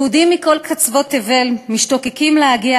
יהודים מכל קצוות תבל משתוקקים להגיע